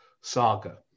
saga